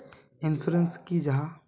Insurance की जाहा?